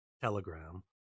telegram